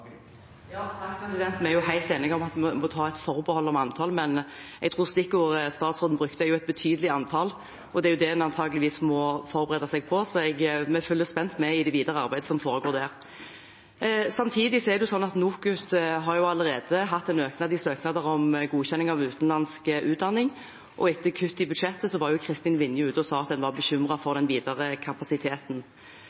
Vi er helt enige om at vi må ta et forbehold om antallet, men jeg tror stikkordet statsråden brukte, var «et betydelig antall». Det er antakeligvis det en må forberede seg på seg. Så vi følger spent med i det videre arbeidet som foregår der. Samtidig er det sånn at NOKUT har allerede hatt en økning i søknader om godkjenning av utenlandsk utdanning. Etter kutt i budsjettet var Kristin Vinje ute og sa at man var bekymret for